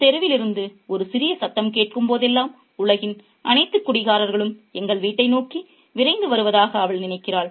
தெருவில் இருந்து ஒரு சிறிய சத்தம் கேட்கும் போதெல்லாம் உலகின் அனைத்து குடிகாரர்களும் எங்கள் வீட்டை நோக்கி விரைந்து வருவதாக அவள் நினைக்கிறாள்